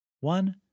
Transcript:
One